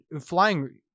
flying